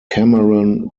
cameron